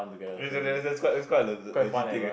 wait that's quite that's quite a legit thing eh